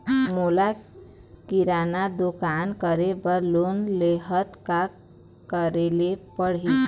मोला किराना दुकान करे बर लोन लेहेले का करेले पड़ही?